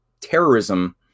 terrorism